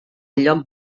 lloc